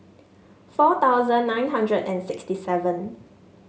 four thousand nine hundred and sixty seven